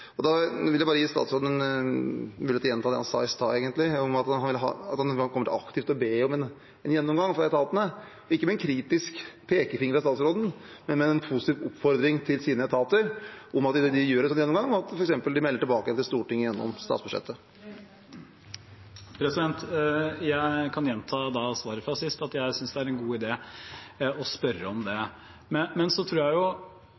vil egentlig bare gi statsråden en mulighet til å gjenta det han sa i stad, om at han aktivt kommer til å be etatene om en gjennomgang – ikke med en kritisk pekefinger fra statsråden, men som en positiv oppfordring til sine etater om at de gjør en gjennomgang, og at man f.eks. melder tilbake til Stortinget i forbindelse med statsbudsjettet. Jeg kan gjenta fra forrige svar at jeg synes det er en god idé å spørre om det. Det som berører oss i saken om Michael, som NRK skrev om, er jo